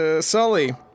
Sully